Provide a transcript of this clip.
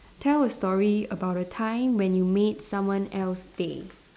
tell a story about a time when you made someone else day